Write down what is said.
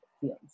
fields